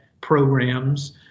programs